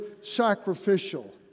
sacrificial